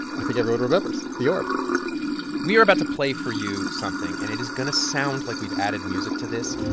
i think everyone remembers, the orb we are about to play for you something. and it is going to sound like we've added music to this,